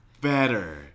better